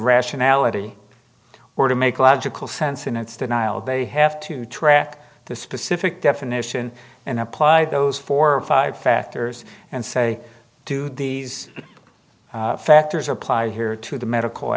rationality or to make logical sense in its denial they have to track the specific definition and apply those four or five factors and say do these factors apply here to the medical